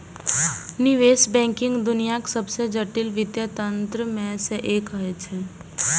निवेश बैंकिंग दुनियाक सबसं जटिल वित्तीय तंत्र मे सं एक होइ छै